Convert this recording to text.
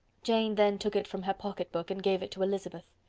jane then took it from her pocket-book, and gave it to elizabeth.